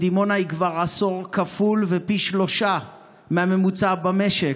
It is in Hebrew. בדימונה היא כבר עשור כפול ופי שלושה מהממוצע במשק.